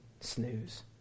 snooze